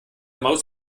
maus